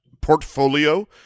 portfolio